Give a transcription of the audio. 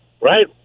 right